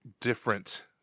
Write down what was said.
different